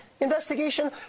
investigation